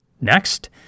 Next